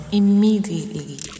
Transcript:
immediately